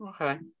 Okay